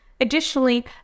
Additionally